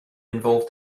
involve